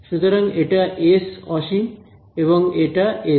সুতরাং এটা এস অসীম এবং এটা এস